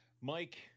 Mike